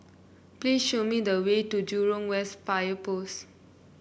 please show me the way to Jurong West Fire Post